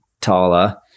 Tala